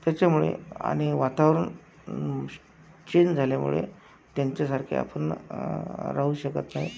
त्याच्यामुळे आणि वातावरण चेंज झाल्यामुळे त्यांच्यासारखे आपण राहू शकत नाही